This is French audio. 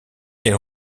elle